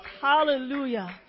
Hallelujah